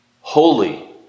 Holy